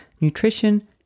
nutrition